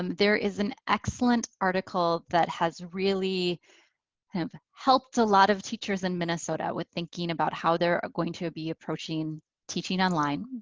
um there is an excellent article that has really helped a lot of teachers in minnesota with thinking about how they're going to be approaching teaching online.